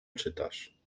czytasz